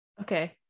Okay